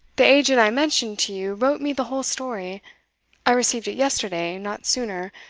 the agent i mentioned to you wrote me the whole story i received it yesterday, not sooner.